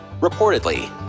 Reportedly